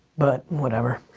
but, whatever.